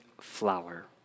flower